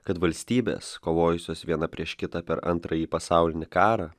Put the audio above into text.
kad valstybės kovojusios viena prieš kitą per antrąjį pasaulinį karą